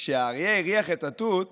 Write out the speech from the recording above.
כשהאריה הריח את התות